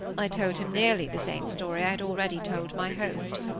i told him nearly the same story i had already told my host.